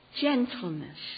gentleness